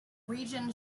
region